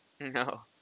No